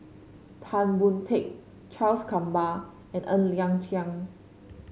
Tan Boon Teik Charles Gamba and Ng Liang Chiang